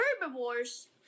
herbivores